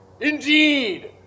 indeed